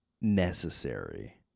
necessary